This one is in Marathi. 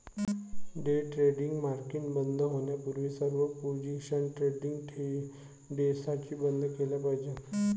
डे ट्रेडिंग मार्केट बंद होण्यापूर्वी सर्व पोझिशन्स ट्रेडिंग डेसाठी बंद केल्या पाहिजेत